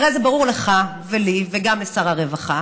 הרי זה ברור לך, לי וגם לשר הרווחה,